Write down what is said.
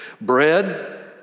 Bread